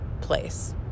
place